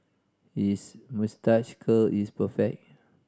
his moustache curl is perfect